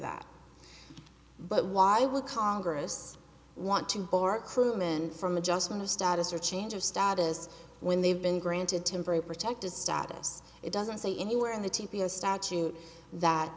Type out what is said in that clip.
that but why would congress want to or crewman from adjustment of status or change of status when they've been granted temporary protective status it doesn't say anywhere in the t p s statute that